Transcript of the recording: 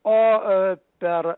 o per